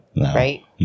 right